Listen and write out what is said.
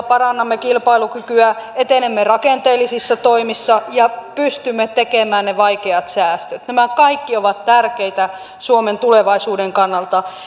parannamme kilpailukykyä etenemme rakenteellisissa toimissa ja pystymme tekemään ne vaikeat säästöt nämä kaikki ovat tärkeitä suomen tulevaisuuden kannalta